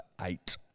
Eight